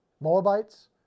Moabites